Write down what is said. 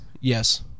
yes